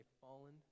fallen